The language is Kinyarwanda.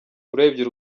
urebye